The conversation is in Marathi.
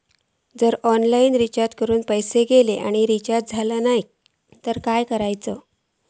जर ऑनलाइन रिचार्ज करून पैसे गेले आणि रिचार्ज जावक नाय तर काय करूचा?